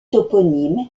toponyme